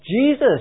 Jesus